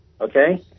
Okay